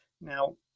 now